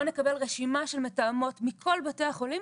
אנחנו נקבל רשימה של מתאמות מכל בתי החולים,